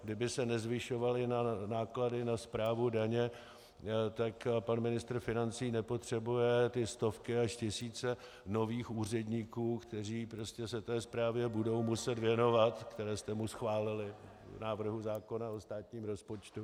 Kdyby se nezvyšovaly náklady na správu daně, tak pan ministr financí nepotřebuje stovky až tisíce nových úředníků, kteří se té správě budou muset věnovat, které jste mu schválili v návrhu zákona o státním rozpočtu.